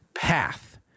path